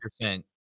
percent